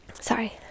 Sorry